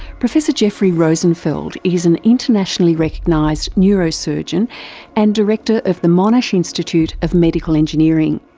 professor jeffrey rosenfeld is an internationally recognised neurosurgeon and director of the monash institute of medical engineering.